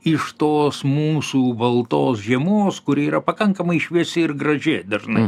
iš tos mūsų baltos žiemos kuri yra pakankamai šviesi ir graži dažnai